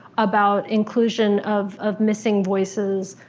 about inclusion of of missing voices,